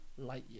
Lightyear